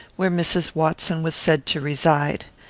where mrs. watson was said to reside.